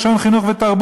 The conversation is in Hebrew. לשון חינוך ותרבות".